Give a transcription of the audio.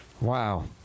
Wow